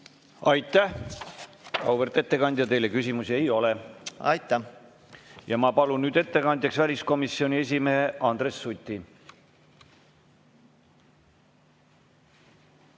Aitäh, auväärt ettekandja! Teile küsimusi ei ole. Ma palun nüüd ettekandjaks väliskomisjoni esimehe Andres Suti.